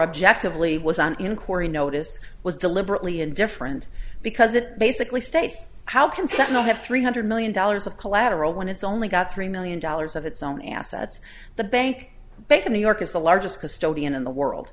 objectively was an inquiry notice was deliberately indifferent because it basically states how consent no have three hundred million dollars of collateral when it's only got three million dollars of its own assets the bank bank of new york is the largest custodian in the world